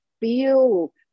Feel